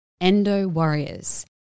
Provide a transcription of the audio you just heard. Endo-warriors